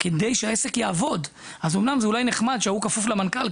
כדי שהעסק יעבוד אומנם אולי נחמד שההוא כפוף למנכ"ל,